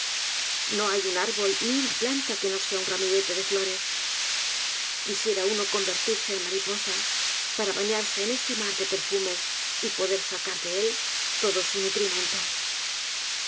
no hay un árbol ni una planta que no sea un ramillete de flores quisiera uno convertirse en mariposa para bañarse en este mar de perfumes y poder sacar de él todo su